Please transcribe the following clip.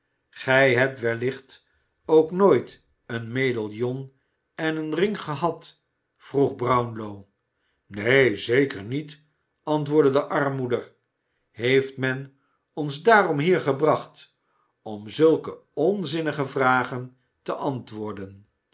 gij hebt wellicht ook nooit een medaillon en een ring gehad vroeg brownlow neen zeker niet antwoordde de armmoeder heeft men ons daarom hier gebracht om op zulke onzinnige vragen te antwoorden